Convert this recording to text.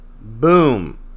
boom